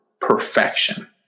perfection